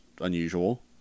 unusual